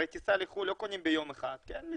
הרי טיסה בחו"ל לא קונים ביום אחד אלא מתכננים.